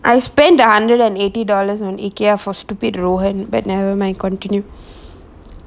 I spend a hundred and eighty dollars on ikea for stupid rowen but nevermind continue